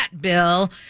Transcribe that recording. bill